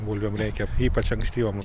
bulvėm reikia ypač ankstyvoms